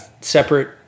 separate